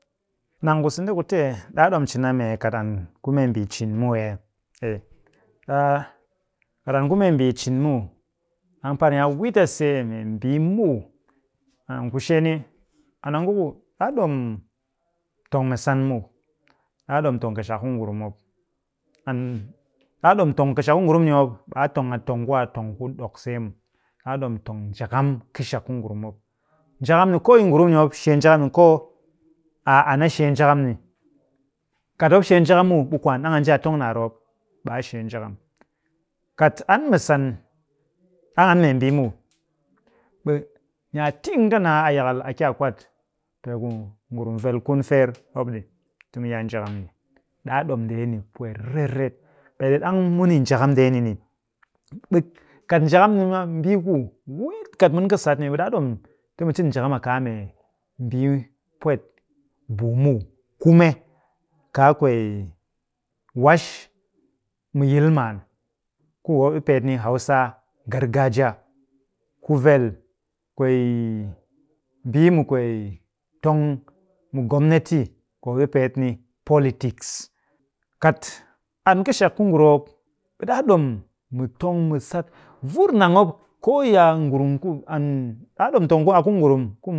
Nang ku sende ku tu ɗaa ɗom cin a mee kat an ku mee mbii cin muw ee? Ei, ɗaa, kat an ku mee mbii cin muw, ɗang par ni a wit a see membii muw. Ku shee ni, an a nguku ɗaa ɗom tong mɨsan muw. Ɗaa ɗom tong kɨshak ku ngurum mop. And ɗaa ɗom tong kɨshak ku ngurum ni mop, ɓe a tong a tong ku a tong ku ɗok see muw. Ɗaa ɗom tong njakam kɨshak ku ngurum ni mop. Njakam ni, koo yi ngurum ni mop shee njakam ni koo a an a shee njakam ni. Kat mop shee njakam muw, ɓe kwaan ɗang a nji a tong naar mop, ɓe a shee njakam. Kat an mɨsan, ɗang an membii muw, ɓe ni a ting ka naa a yakal a ki a kwat peeku ngurum vel kun feer mop ɗi tumu yaa njakam ɗi. Ɗaa ɗom ndeeni pwet riret. Peeɗi ɗang mun yi njakam ndeni ni, ɓe kat njakam ni maa, mbii ku weet kat mun kɨ sat ni, ɓe ɗaa ɗom ti mu cin njakam a kaa mee mbii pwet buu muw. Kume, kaa kwee wash mu yil maan ku mop ɗi peet ni hausa, gargajiya. Ku vel, kwee, mbii mu kwee tong mu gomnati ku mop ɗi peet ni politics. Kat an kɨshak ku ngurum mop, ɓe ɗaa ɗom mu tong mu sat vur nang mop. Koo yi a ngurum ku an, ɗaa ɗom tong ku a ku ngurum ku